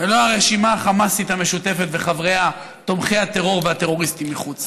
ולא הרשימה החמאסית המשותפת וחבריה תומכי הטרור והטרוריסטים מחוץ.